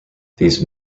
these